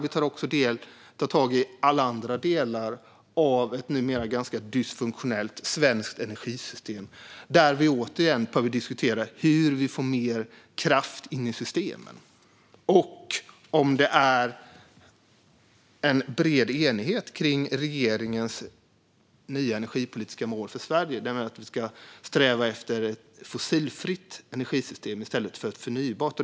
Vi tar också tag i alla andra delar av det numera ganska dysfunktionella svenska energisystemet. Vi behöver återigen diskutera hur vi får mer kraft in i systemen och om det råder bred enighet om regeringens nya energipolitiska mål för Sverige, nämligen att Sverige ska sträva efter ett fossilfritt energisystem i stället för ett förnybart.